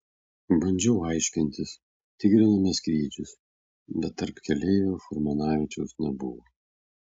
bandžiau aiškintis tikrinome skrydžius bet tarp keleivių furmanavičiaus nebuvo